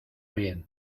bien